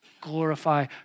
Glorify